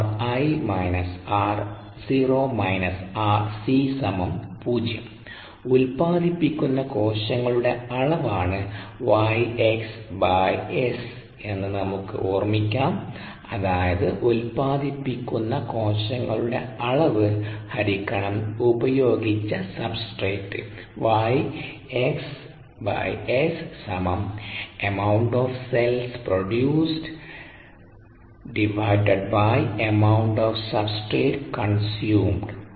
𝑟𝑖 − 𝑟𝑜 − 𝑟𝑐 0 ഉത്പാദിപ്പിക്കുന്ന കോശങ്ങളുടെ അളവാണ് Y x S എന്ന് നമുക്ക് ഓർമിക്കാം അതായത് ഉത്പാദിപ്പിക്കുന്ന കോശങ്ങളുടെ അളവ് ഹരിക്കണം ഉപയോഗിച്ച സബ്സ്ട്രേട്ട്